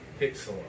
pixel